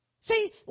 See